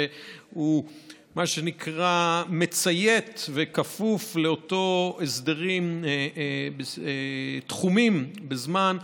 והוא מה שנקרא מציית וכפוף לאותם הסדרים תחומים בזמן.